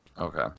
Okay